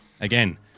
again